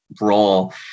role